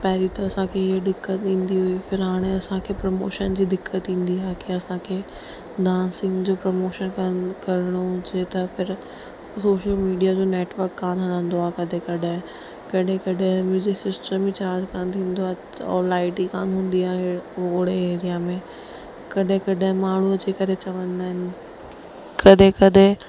पहिरियों त असांखे इहा दिक़त ईंदी हुई फिर हाणे असांखे प्रमोशन जी दिक़त ईंदी थे कि असांखे डांसिंग जो प्रमोशन करे करिणो हुजे त फिर सोशल मीडिया जो नेटवर्क कान हलंदो आहे कॾहिं कॾहिं कॾहिं कॾहिं म्यूज़िक सिस्टम ई चार्ज कान थींदो आहे और लाईट ई कान हूंदी आहे ओड़े एरिया में कॾहिं कॾहिं माण्हू अची करे चवंदा आहिनि कॾहिं कॾहिं